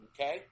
Okay